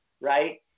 right